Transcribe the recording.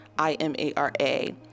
I-M-A-R-A